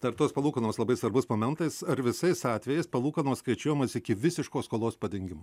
dar tos palūkanos labai svarbus momentas ar visais atvejais palūkanos skaičiuojamos iki visiško skolos padengimo